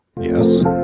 yes